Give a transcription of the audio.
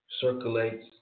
circulates